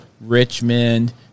Richmond